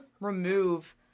remove